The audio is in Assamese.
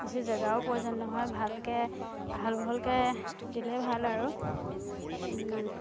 কিছু জেগাও প্ৰয়োজন নহয় ভালকৈ আহল বহলকৈ দিলেই ভাল আৰু